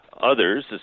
Others